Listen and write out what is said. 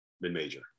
mid-major